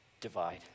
divide